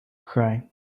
cry